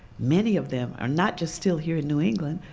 many of them are not just still here in new england,